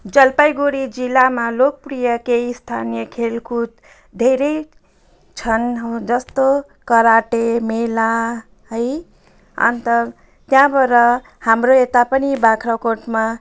जलपाइगुडी जिल्लामा लोकप्रिय केही स्थानीय खेलकुद धेरै छन् जस्तो कराटे मेला है अन्त त्यहाँबाट हाम्रो यता पनि बाग्राकोटमा